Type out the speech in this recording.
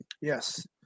Yes